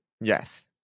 Yes